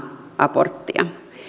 abortteja